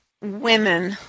women